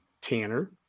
Tanner